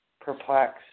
perplexed